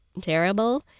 terrible